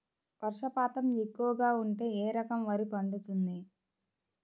వర్షపాతం ఎక్కువగా ఉంటే ఏ రకం వరి పండుతుంది?